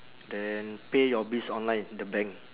then pay your bills online the bank